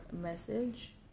message